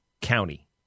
county